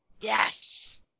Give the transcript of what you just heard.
yes